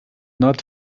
not